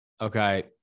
Okay